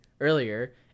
earlier